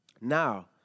now